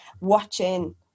watching